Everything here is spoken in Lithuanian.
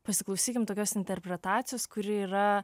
pasiklausykim tokios interpretacijos kuri yra